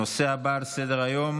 הנושא הבא על סדר-היום,